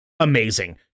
amazing